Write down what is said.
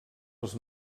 els